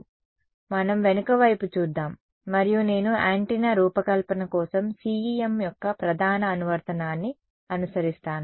కాబట్టి మనం వెనుకవైపు చూద్దాం మరియు నేను యాంటెన్నా రూపకల్పన కోసం CEM యొక్క ప్రధాన అనువర్తనాన్ని అనుసరిస్తాను